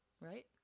Right